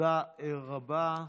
תודה רבה.